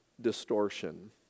distortion